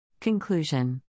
Conclusion